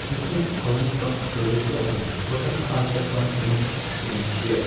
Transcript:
یُس مےٚ گۄڈنیُک پَنُن پروڈَکٹ اوٚن بہٕ کَرٕ وَنۍ آز تۄہہِ پنُن تمیُک ایٚکسپیٖریَنٕس شیر